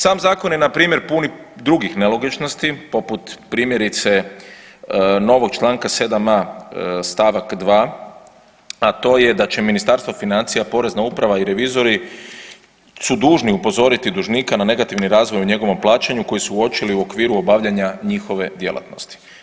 Sam Zakon je npr. pun drugih nelogičnosti, poput primjerice, novog čl. 7a st. 2, a to je da će Ministarstvo financija, Porezna uprava i revizori su dužni upozoriti dužnika na negativni razvoj u njegovom plaćanju koji su uočili u okviru obavljanja njihove djelatnosti.